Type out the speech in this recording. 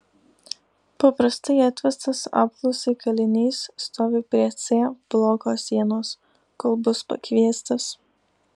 paprastai atvestas apklausai kalinys stovi prie c bloko sienos kol bus pakviestas